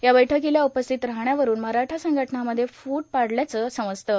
या बैठकीला उपस्थित राहण्यावरून मराठा संघटनांमध्ये फूट पडल्याचं समजतं